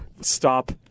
Stop